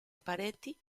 pareti